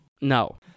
No